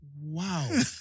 Wow